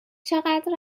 چقدر